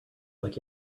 like